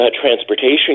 transportation